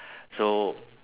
so